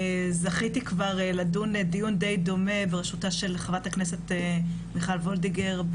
זכיתי כבר לדון דיון דיי דומה בראשותה של חברת הכנסת מיכל וולדיגר,